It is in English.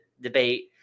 debate